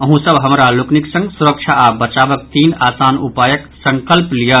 अहूँ सभ हमरा लोकनिक संग सुरक्षा आ बचावक तीन आसान उपायक संकल्प लियऽ